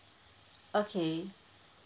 okay